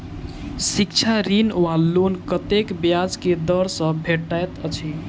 शिक्षा ऋण वा लोन कतेक ब्याज केँ दर सँ भेटैत अछि?